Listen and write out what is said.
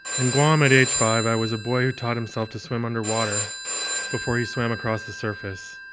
in guam, at age, five i was a boy who taught himself to swim underwater before he swam across the surface.